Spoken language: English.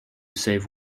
save